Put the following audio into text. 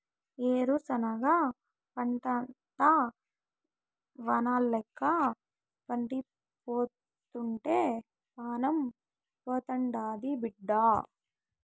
ఏరుశనగ పంటంతా వానల్లేక ఎండిపోతుంటే పానం పోతాండాది బిడ్డా